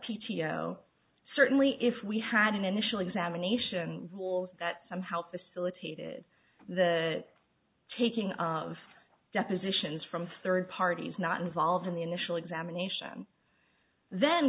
o certainly if we had an initial examination rules that somehow facilitated the taking of depositions from third parties not involved in the initial examination then